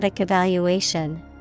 Evaluation